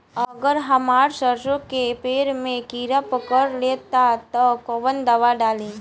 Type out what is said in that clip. अगर हमार सरसो के पेड़ में किड़ा पकड़ ले ता तऽ कवन दावा डालि?